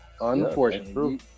Unfortunately